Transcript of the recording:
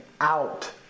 out